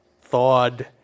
thawed